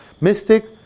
mystic